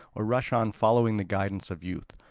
or rush on following the guidance of youth.